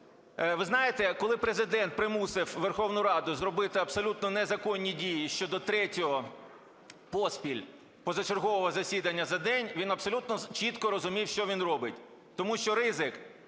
Ви знаєте, коли Президент примусив Верховну Раду зробити абсолютно незаконні дії щодо третього поспіль позачергового засідання за день, він абсолютно чітко розумів, що він робить. Тому що ризик